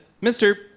Mister